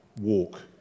walk